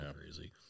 crazy